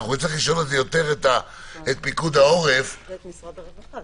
נצטרך לשאול את פיקוד העורף ואת משרד הרווחה,